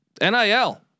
NIL